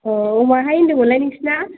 अ बबेहाय होन्दोंमोनलाय नोंसिना